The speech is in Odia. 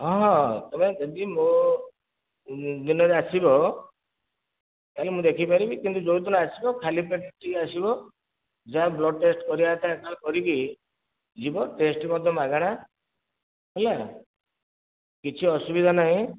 ହଁ ହଁ ତମେ ଯଦି ମୋର ଦିନରେ ଆସିବ ତାହେଲେ ମୁଁ ଦେଖିପାରିବି କିନ୍ତୁ ଯେଉଁଦିନ ଆସିବ ଖାଲିପେଟରେ ଟିକେ ଆସିବ ଯାହା ବ୍ଲଡ଼ ଟେଷ୍ଟ କରିଆର କରିକି ଯିବ ଟେଷ୍ଟ ମଧ୍ୟ ମାଗଣା ହେଲା କିଛି ଅସୁବିଧା ନାହିଁ